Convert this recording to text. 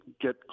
get